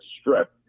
strip